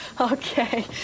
Okay